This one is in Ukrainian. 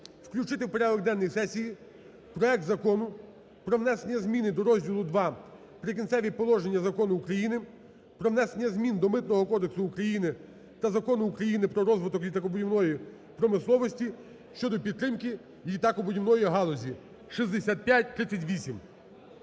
включити в порядок денний сесії проект Закону про внесення зміни до розділу ІІ "Прикінцеві положення" Закону України "Про внесення змін до Митного кодексу України" та Закону України "Про розвиток літакобудівної промисловості" (щодо підтримки літакобудівної галузі) (6538).